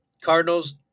Cardinals